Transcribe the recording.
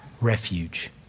Refuge